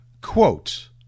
quote